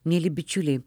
mieli bičiuliai